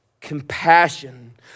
compassion